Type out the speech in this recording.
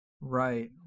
Right